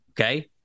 Okay